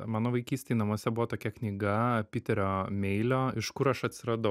mano vaikystėj namuose buvo tokia knyga piterio meilio iš kur aš atsiradau